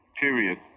period